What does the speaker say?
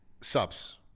Subs